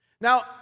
Now